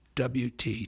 WT